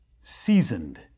seasoned